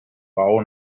bau